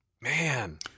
man